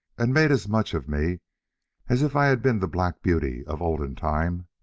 and made as much of me as if i had been the black beauty of olden time.